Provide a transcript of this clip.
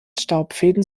staubfäden